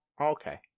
Okay